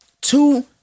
Two